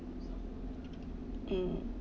um